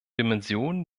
dimensionen